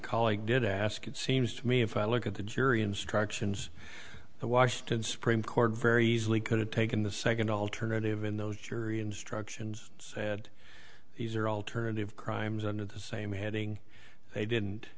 colleague did ask it seems to me if i look at the jury instructions the washington supreme court very easily could have taken the second alternative in those jury instructions had these are alternative crimes under the same heading they didn't